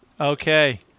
Okay